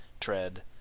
tread